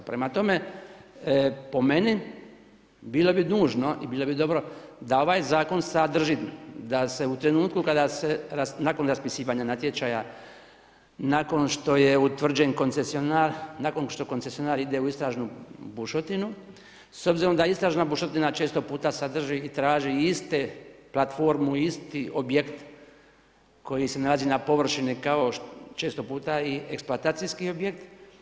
Prema tome, po meni bilo bi nužno i bilo bi dobro da ovaj zakon sadrži da se u trenutku kada se nakon raspisivanja natječaja, nakon što je utvrđen koncesionar, nakon što koncesionar ide u istražnu bušotinu s obzirom da istražna bušotina često puta sadrži i traži iste platformu, isti objekt koji se nalazi na površini kao često puta i eksploatacijski objekt.